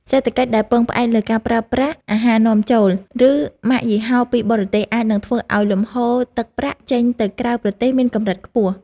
សេដ្ឋកិច្ចដែលពឹងផ្អែកលើការប្រើប្រាស់អាហារនាំចូល ឬម៉ាកយីហោពីបរទេសអាចនឹងធ្វើឲ្យលំហូរទឹកប្រាក់ចេញទៅក្រៅប្រទេសមានកម្រិតខ្ពស់។